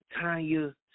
Tanya